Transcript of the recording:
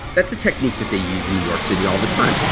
that's a technique that they use in new york city all the time.